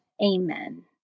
Amen